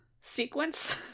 sequence